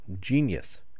genius